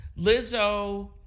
Lizzo